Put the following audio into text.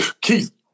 Keith